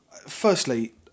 Firstly